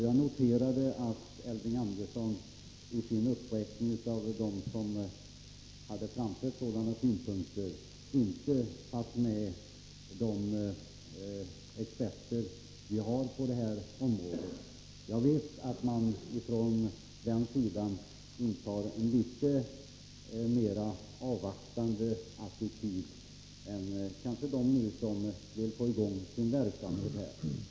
Jag noterade att de experter vi har på det här området inte fanns med i den uppräkning som Elving Andersson gjorde över dem som framfört sådana här synpunkter. Jag vet att man från experthåll intar en litet mer avvaktande attityd än den de intar som kanske nu vill få i gång en verksamhet på detta område.